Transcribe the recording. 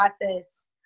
process